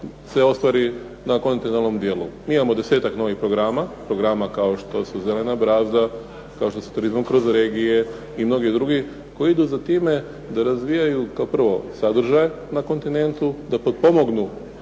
se ostvari na kontinentalnom dijelu. Mi imamo desetak novih programa, programa kao što su Zelena brazda, kao što su Turizmom kroz regije i mnogi drugi koji idu za time da razvijaju kao prvo sadržaje na kontinentu, da potpomognu